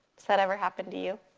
does that ever happen to you?